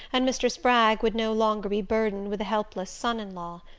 and mr. spragg would no longer be burdened with a helpless son-in-law.